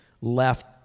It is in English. left